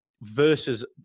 versus